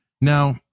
Now